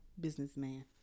businessman